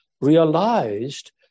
realized